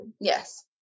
Yes